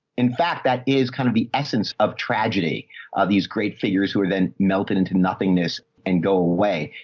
in fact, that is kind of the essence of tragedy of these great figures who were then melted into nothingness and go away.